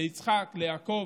ליצחק, ליעקב,